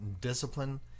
discipline